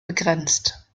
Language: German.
begrenzt